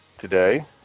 today